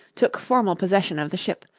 took formal possession of the ship,